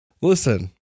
listen